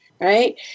right